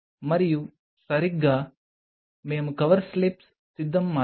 మరియు సరిగ్గా మేము కవర్ స్లిప్స్ సిద్ధం మార్గం